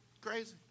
crazy